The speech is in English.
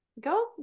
go